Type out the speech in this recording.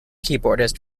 keyboardist